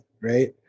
Right